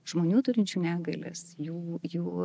žmonių turinčių negalias jų jų